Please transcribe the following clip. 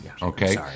Okay